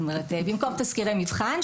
במקום תסקירי מבחן,